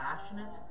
passionate